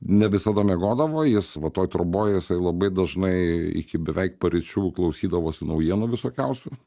ne visada miegodavo jis va toj troboj jisai labai dažnai iki beveik paryčių klausydavosi naujienų visokiausių